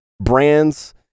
brands